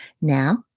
Now